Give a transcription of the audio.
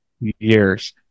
years